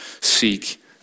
seek